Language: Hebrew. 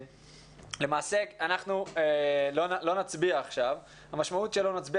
אנחנו לא נצביע עכשיו והמשמעות שלא נצביע